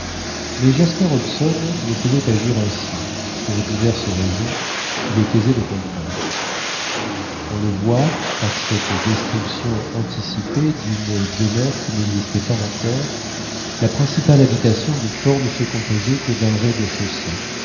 mais jasper hobson ne pouvait agir ainsi pour diverses raisons qu'il est aisé de comprendre on le voit par cette description anticipée d'une demeure qui n'existait pas encore la principale habitation du fort ne se composait que d'un rez-de-chaussée